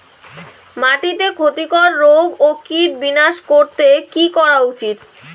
মাটিতে ক্ষতি কর রোগ ও কীট বিনাশ করতে কি করা উচিৎ?